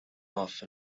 off